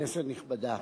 כנסת נכבדה,